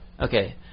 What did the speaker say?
Okay